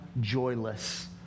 joyless